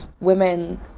women